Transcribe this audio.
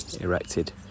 erected